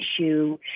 issue